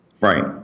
right